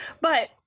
But-